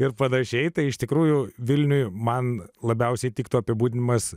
ir panašiai tai iš tikrųjų vilniuje man labiausiai tiktų apibūdinimas